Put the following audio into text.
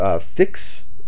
Fix